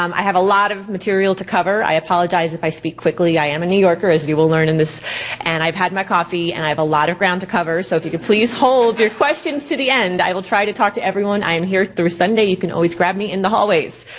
um i have a lot of material to cover. i apologize if i speak quickly, i am a new yorker as we will learn in this and i've had my coffee and i have a lot of ground to cover. so if you could please hold your questions to the end, i will try to talk to everyone, i'm here through sunday. you can always grab me in the hallways.